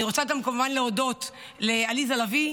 אני רוצה גם כמובן להודות לעליזה לביא,